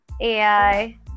AI